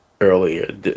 earlier